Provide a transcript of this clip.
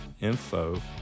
info